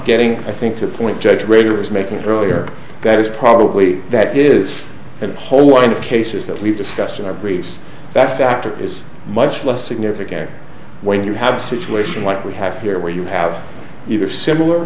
getting i think to a point judge rader's making earlier that is probably that is the whole line of cases that we've discussed in our briefs that factor is much less significant when you have a situation like we have here where you have either similar